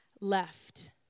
left